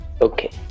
Okay